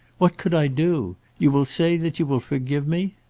what could i do? you will say that you will forgive me.